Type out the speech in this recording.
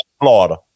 Florida